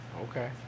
Okay